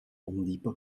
ondiepe